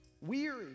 weary